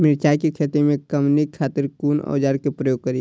मिरचाई के खेती में कमनी खातिर कुन औजार के प्रयोग करी?